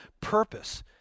purpose